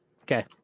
Okay